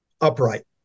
upright